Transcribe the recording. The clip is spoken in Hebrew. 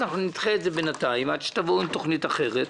נדחה את זה בינתיים עד שתבואו עם תוכנית אחרת.